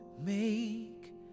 make